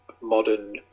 modern